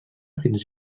fins